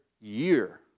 Year